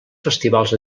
festivals